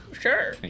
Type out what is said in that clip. sure